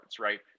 right